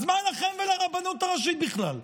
אז מה לכם ולרבנות הראשית בכלל?